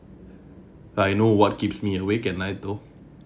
like I know what keeps me awake at night though